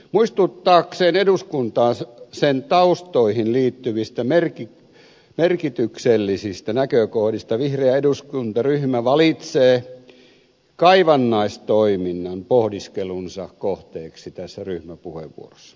muistuttaakseen eduskuntaa sen taustoihin liittyvistä merkityksellisistä näkökohdista vihreä eduskuntaryhmä valitsee kaivannaistoiminnan pohdiskelunsa kohteeksi tässä ryhmäpuheenvuorossa